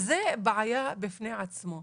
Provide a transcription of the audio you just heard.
זו בעיה בפני עצמה.